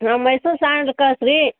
ನಮ್ಮ ಮೈಸೂರ್ ಸ್ಯಾಂಡ್ಲ್ ಕಳ್ಸಿ ರಿ